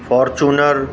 Fortuner